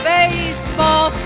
Baseball